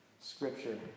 Scripture